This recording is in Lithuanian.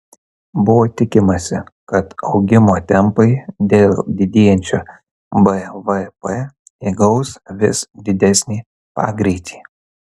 buvo tikimasi kad augimo tempai dėl didėjančio bvp įgaus vis didesnį pagreitį